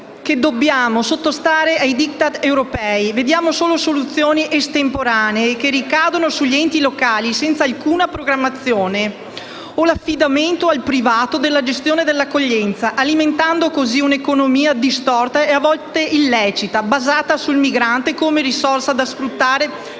che dobbiamo sottostare ai *Diktat* europei. Vediamo solo soluzioni estemporanee che ricadono sugli enti locali senza alcuna programmazione o l'affidamento al privato della gestione dell'accoglienza, alimentando così una economia distorta e a volte illecita, basata sul migrante come risorsa da sfruttare